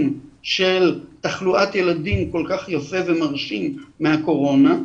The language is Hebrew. של תחלואת ילדים כל כך יפה ומרשים מהקורונה,